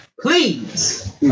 please